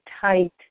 tight